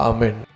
Amen